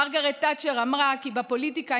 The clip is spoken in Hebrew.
מרגרט תאצ'ר אמרה: בפוליטיקה,